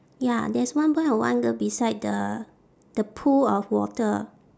ya there's one boy and one girl beside the the pool of water